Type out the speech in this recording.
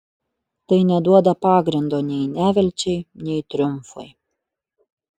tai neduoda pagrindo nei nevilčiai nei triumfui